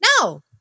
no